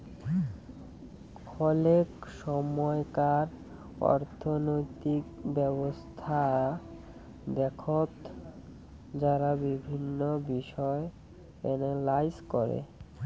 খলেক সময়কার অর্থনৈতিক ব্যবছস্থা দেখঙ যারা বিভিন্ন বিষয় এনালাইস করে